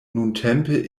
nuntempe